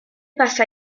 passa